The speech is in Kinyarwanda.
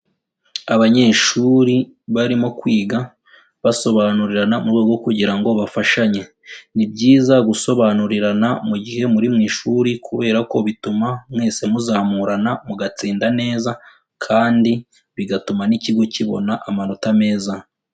Abanyeshuri barimo kwiga basobanurirana mu rwego kugira ngo bafashanye, ni byiza gusobanurirana mu gihe muri mu ishuri kubera ko bituma mwese muzamurana mugatsinda neza kandi bigatuma n'ikigo kibona amanota meza.